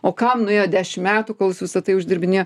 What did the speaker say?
o kam nuėjo dešim metų kol jis visa tai uždirbinėjo